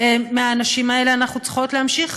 מהאנשים האלה אנחנו צריכות להמשיך,